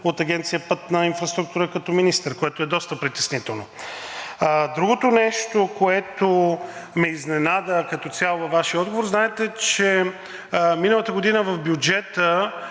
от Агенция „Пътна инфраструктура“ като министър, което е доста притеснително. Другото нещо, което ме изненада като цяло във Вашия отговор. Знаете, че миналата година в бюджета